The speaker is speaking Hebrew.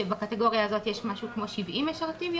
שבקטגוריה הזאת יש משהו כמו 70 משרתים,